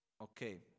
Okay